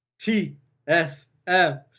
T-S-M